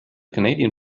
canadian